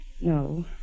No